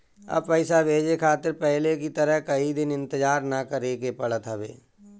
अब पइसा भेजे खातिर पहले की तरह कई दिन इंतजार ना करेके पड़त हवे